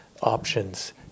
options